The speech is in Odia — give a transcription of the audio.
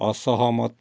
ଅସହମତ